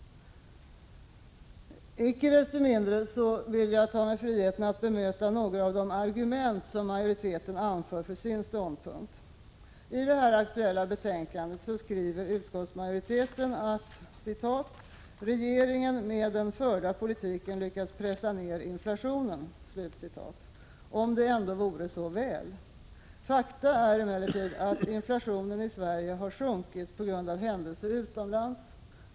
Icke desto mindre vill jag ta mig friheten att bemöta några av de argument som majoriteten anför för sin ståndpunkt. I det nu aktuella betänkandet skriver utskottsmajoriteten att ”regeringen med den förda politiken lyckats pressa ned inflationen”. Om det ändå vore så väl! Fakta är emellertid att inflationen i Sverige har sjunkit på grund av händelser utomlands.